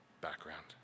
background